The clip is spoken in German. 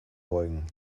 beugen